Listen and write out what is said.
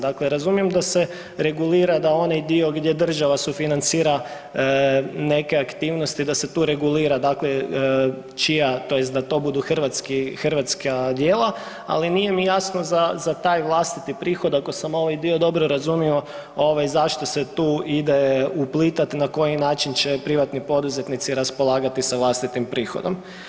Dakle, razumijem da se regulira da onaj dio gdje država sufinancira neke aktivnosti da se tu regulira dakle čija tj. da to budu hrvatska djela, ali nije mi jasno da taj vlastiti prihod ako sam ovaj dobro razumio zašto se tu ide uplitati na koji način će privatni poduzetnici raspolagati sa vlastitim prihodom.